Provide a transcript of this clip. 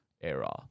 era